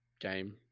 game